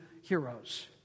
heroes